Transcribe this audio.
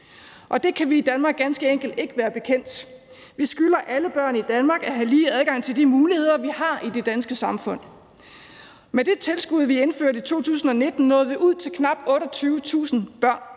og det kan vi i Danmark ganske enkelt ikke være bekendt. Vi skylder alle børn i Danmark at have lige adgang til de muligheder, vi har i det danske samfund. Med det tilskud, vi indførte i 2019, nåede vi ud til knap 28.000 børn,